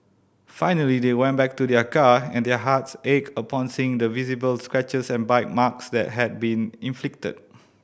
finally they went back to their car and their hearts ached upon seeing the visible scratches and bite marks that had been inflicted